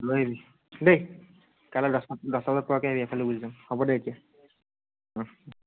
লৈ আহিবি দেই কাইলৈ দহটা দহটা বজাত পোৱাকৈ আহিবি এইফালে দি গুচি যাম হ'ব দে এতিয়া